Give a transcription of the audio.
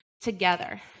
together